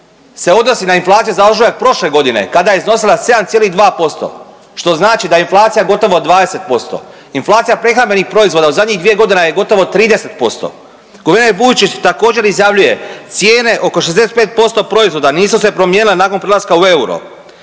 se odnosi na inflaciju za ožujak prošle godine kada je iznosila 7,2% što znači da je inflacija gotovo 20%. Inflacija prehrambenih proizvoda u zadnjih dvije godine je gotovo 30%. Guverner Vujčić također izjavljuje, cijene oko 65% proizvoda nisu se promijenile nakon prelaska u euro.